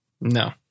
no